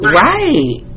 right